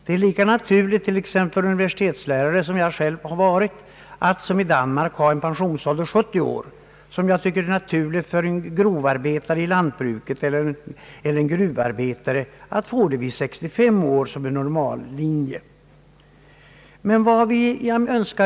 Det är lika naturligt att en universitetslärare — som jag själv har varit — såsom t.ex. i Danmark får pension vid 70 år som att en grovarbetare i lantbruket eller en gruvarbetare får 65 år som normal pensionsålder.